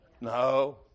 No